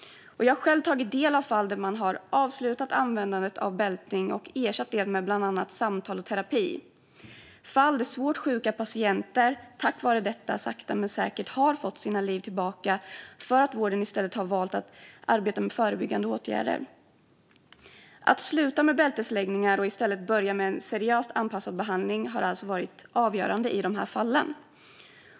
Jag har själv tagit del av fall där man har avslutat användandet av bältning och ersatt det med bland annat samtal och terapi, fall där svårt sjuka patienter tack vare detta sakta men säkert har fått sina liv tillbaka för att vården har valt att i stället arbeta med förebyggande åtgärder. Att sluta med bältesläggning och i stället börja med seriöst anpassad behandling har alltså varit avgörande i dessa fall.